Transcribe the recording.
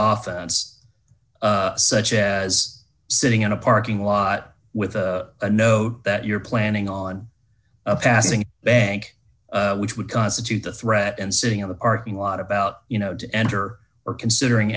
off chance such as sitting in a parking lot with a note that you're planning on passing bank which would constitute a threat and sitting in the parking lot about you know to enter or considering